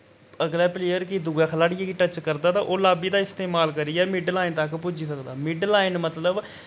अगले प्लेयर गी दुए खलाड़ियें गी टच करदा तां ओ लाब्बी दा इस्तेमाल करियै मिड लाइन तक पुज्जी सकदा मिड लाइन मतलब